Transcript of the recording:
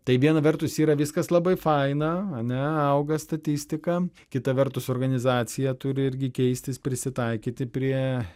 tai viena vertus yra viskas labai faina ane auga statistika kita vertus organizacija turi irgi keistis prisitaikyti prie